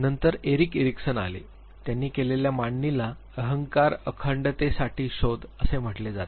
नंतर Erik Erikson आले त्यांनी केलेल्या मांडणीला म्हणजे अहंकार अखंडतेसाठी शोध असे म्हटले जाते